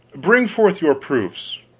bring forth your proofs.